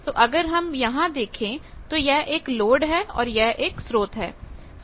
तो अगर हम यहां देखें तो यह एक लोड है और यह एक स्रोत है